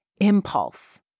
impulse